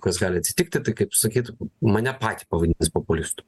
kas gali atsitikti tai kaip sakyt mane patį pavadins populistu